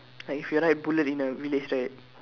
like if you ride bullet in a weight lift right